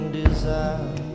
desire